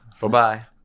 Bye-bye